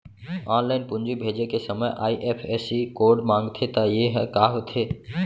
Online पूंजी भेजे के समय आई.एफ.एस.सी कोड माँगथे त ये ह का होथे?